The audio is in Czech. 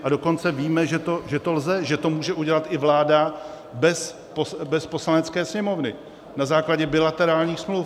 A dokonce víme, že to lze, že to může udělat i vláda bez Poslanecké sněmovny na základě bilaterálních smluv.